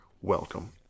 welcome